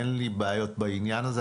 אין לי בעיות בעניין הזה,